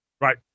Right